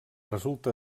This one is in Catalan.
resulta